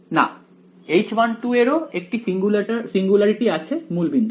না H1 এর ও একটি সিঙ্গুলারিটি আছে মূল বিন্দুতে